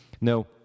No